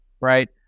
right